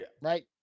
Right